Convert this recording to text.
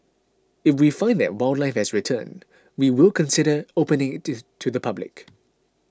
if we find that wildlife has returned we will consider opening this to the public